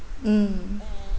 mm